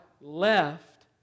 left